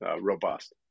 robust